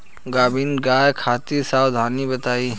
गाभिन गाय खातिर सावधानी बताई?